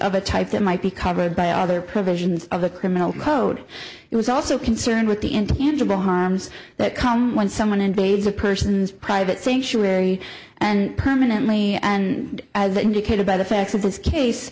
of a type that might be covered by other provisions of the criminal code it was also concerned with the intangible harms that come when someone invades a person's private sanctuary and permanently and as indicated by the facts of this case